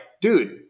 dude